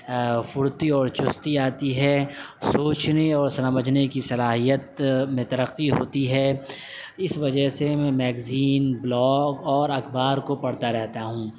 پھرتی اور چستی آتی ہے سوچنے اور سمجھنے کی صلاحیت میں ترقی ہوتی ہے اس وجہ سے میں میگزین بلاگ اور اخبار کو پڑھتا رہتا ہوں